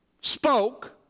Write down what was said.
spoke